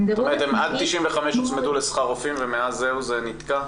הם עד 95' הוצמדו לשכר רופאים ומאז זה נתקע,